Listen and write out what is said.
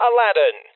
Aladdin